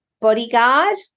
bodyguard